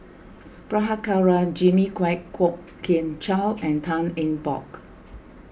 Prabhakara Jimmy Quek Kwok Kian Chow and Tan Eng Bock